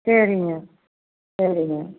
சரிங்க சரிங்க